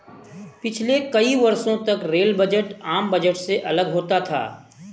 पिछले कई वर्षों तक रेल बजट आम बजट से अलग होता था